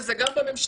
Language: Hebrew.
וזה גם בממשלה,